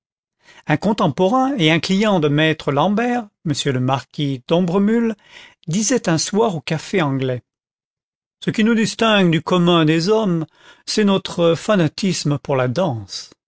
un contemporain et un client de maître l'ambert m le marquis d'ombremule disait un soir au café anglais content from google book search generated at ce qui nous distingue du commun des hommes c'est notre fanatisme pour la danse